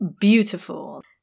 beautiful